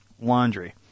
laundry